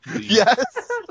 Yes